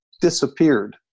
disappeared